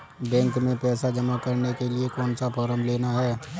Bank में पैसा जमा करने के लिए कौन सा फॉर्म लेना है?